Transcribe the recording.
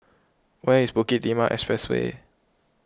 where is Bukit Timah Expressway